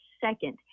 second